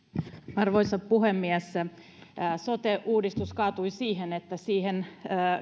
arvoisa puhemies sote uudistus kaatui siihen että siihen